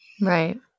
Right